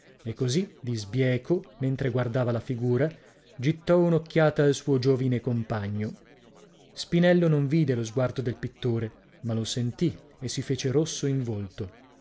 e così di sbieco mentre guardava la figura gittò un'occhiata al suo giovine compagno spinello non vide lo sguardo del pittore ma lo sentì e si fece rosso in volto